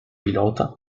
pilota